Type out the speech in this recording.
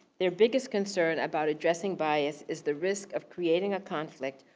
their biggest concern about addressing bias is the risk of creating a conflict,